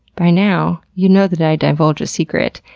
by now you know that i divulge a secret,